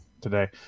today